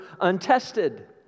untested